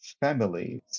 families